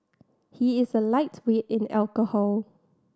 he is a lightweight in alcohol